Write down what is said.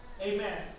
Amen